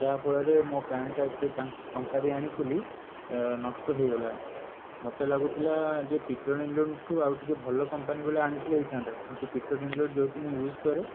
ଯାହାଫଳରେ ମୋ ପ୍ୟାଣ୍ଟଟା ଏତେ ଟଙ୍କା ଦେଇ ଆଣିଥିଲି ଏ ନଷ୍ଟ ହେଇଗଲା ମୋତେ ଲାଗୁଥିଲା ଯେ ପିଟର୍ ଇଂଲଣ୍ଡ ଠୁ ଆଉ ଟିକିଏ ଭଲ କମ୍ପାନୀବାଲା ଆଣିଥିଲେ ହେଇଥାନ୍ତା କିନ୍ତୁ ପିଟର୍ ଇଂଲଣ୍ଡ ଯେହେତୁ ମୁଁ ୟୁଜ୍ କରେ